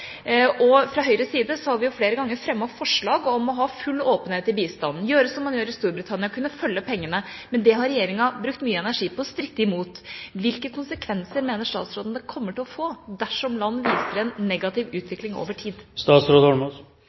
Fra Høyres side har vi flere ganger fremmet forslag om å ha full åpenhet i bistanden, å gjøre slik man gjør i Storbritannia, og å kunne følge pengene. Men dette har regjeringa brukt mye energi på å stritte imot. Hvilke konsekvenser mener statsråden det kommer til å få, dersom land viser en negativ utvikling over